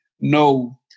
no